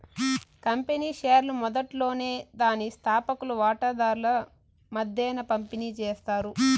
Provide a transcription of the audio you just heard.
company షేర్లు మొదట్లోనే దాని స్తాపకులు వాటాదార్ల మద్దేన పంపిణీ చేస్తారు